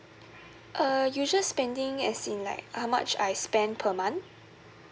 uh usual spending as in like how much I spend per month